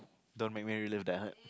don't make me relieve that hard